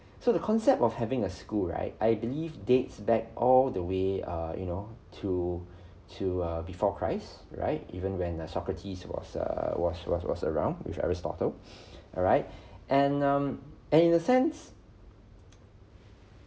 so the concept of having a school right I believe dates back all the way err you know to to err before christ right even when err socrates was err was was was around with aristotle alright and um and in a sense